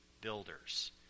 builders